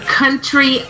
country